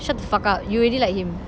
shut the fuck up you already like him